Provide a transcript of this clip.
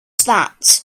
that